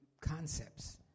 concepts